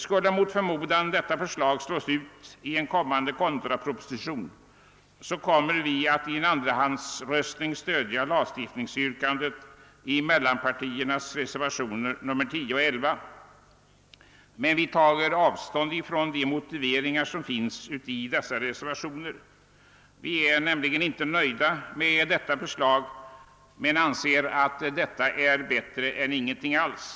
Skulle mot förmödan detta förslag slås ut i en kommande kontrapropositionsvotering kommer vi att i andra hand stödja yrkandena i mellanpartiernas reservationer 10 och 11. Vi tar dock avstånd från motiveringarna i dessa reservationer. Vi är nämligen inte nöjda med förslagen men anser det vara bättre än ingenting alls.